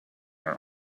her